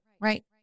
right